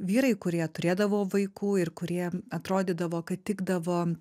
vyrai kurie turėdavo vaikų ir kurie atrodydavo kad tikdavo